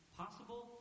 possible